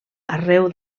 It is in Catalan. arreu